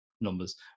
numbers